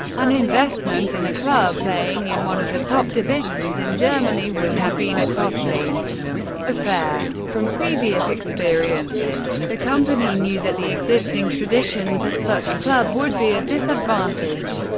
an investment in a club playing in one of the top divisions in germany would have been a costly affair. from previous experiences, the company knew that the existing traditions of such club would be a disadvantage.